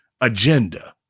agenda